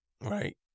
Right